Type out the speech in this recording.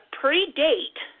predate